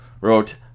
wrote